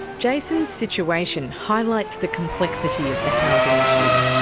jason's situation highlights the complexity of the housing issue.